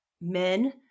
men